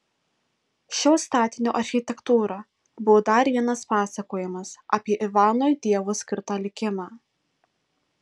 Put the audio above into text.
šio statinio architektūra buvo dar vienas pasakojimas apie ivanui dievo skirtą likimą